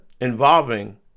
involving